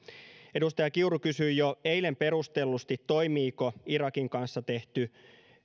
edustaja kiuru kysyi jo eilen perustellusti toimiiko irakin kanssa tehty